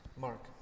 Mark